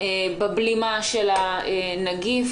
בבלימה של הנגיף.